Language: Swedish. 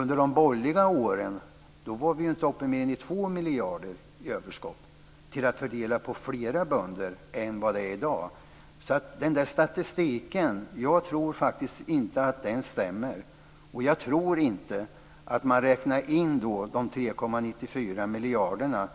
Under de borgerliga åren var vi inte uppe i mer än 2 miljarder i överskott, att fördela på fler bönder än vad det handlar om i dag. Jag tror faktiskt inte att statistiken stämmer. Och jag tror inte att man har räknat in de 3,94 miljarder